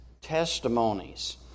testimonies